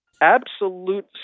Absolute